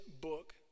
book